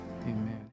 amen